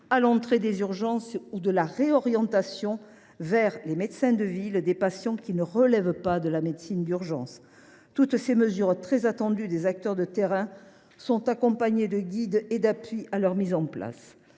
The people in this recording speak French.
à l’entrée des urgences ou à la réorientation vers la ville des patients ne relevant pas de la médecine d’urgence. Toutes ces mesures, très attendues des acteurs de terrain, sont accompagnées de guides et d’appuis à leur déploiement.